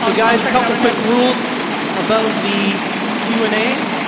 ah guys, a couple quick rules about the q and a.